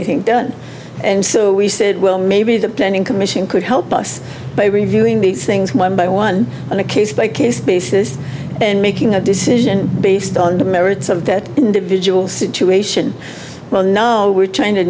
anything done and so we said well maybe the planning commission could help us by reviewing these things one by one on a case by case basis and making a decision based on the merits of the individual situation well no we're trying to